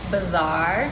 Bazaar